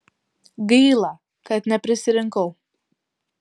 gaila kad neprisirinkau